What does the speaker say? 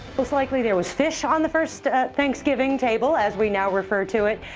most likely, there was fish on the first thanksgiving table, as we now refer to it,